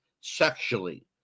sexually